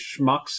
schmucks